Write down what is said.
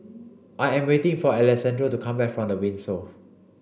I am waiting for Alessandro to come back from The Windsor